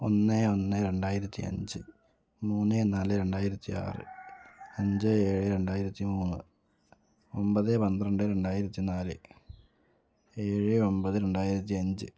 ഒന്ന് ഒന്ന് രണ്ടായിരത്തി അഞ്ച് മൂന്ന് നാല് രണ്ടായിരത്തി ആറ് അഞ്ച് ഏഴ് രണ്ടായിരത്തി മൂന്ന് ഒൻപത് പന്ത്രണ്ട് രണ്ടായിരത്തി നാല് ഏഴ് ഒൻപത് രണ്ടായിരത്തി അഞ്ച്